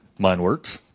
mine works.